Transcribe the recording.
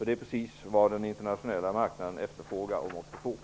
Det är precis vad den internationella marknaden efterfrågar och måste få.